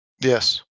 Yes